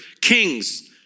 kings